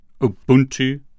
Ubuntu